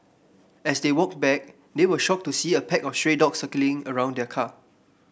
as they walked back they were shocked to see a pack of stray dogs circling around the car